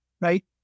right